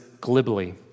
glibly